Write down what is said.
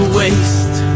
waste